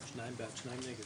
שניים בעד ושניים נגד.